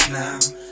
now